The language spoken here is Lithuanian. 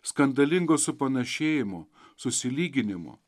skandalingo supanašėjimo susilyginimo